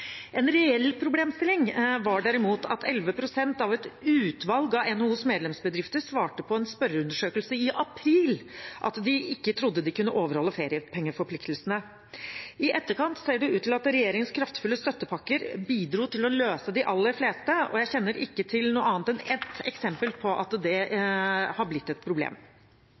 En reell problemstilling var derimot at 11 pst. av et utvalg av NHOs medlemsbedrifter på en spørreundersøkelse i april svarte at de ikke trodde de kunne overholde feriepengeforpliktelsene. I etterkant ser det ut til at regjeringens kraftfulle støttepakker bidro til å løse det for de aller fleste. Jeg kjenner ikke til noe annet enn ett eksempel på at det har blitt et problem.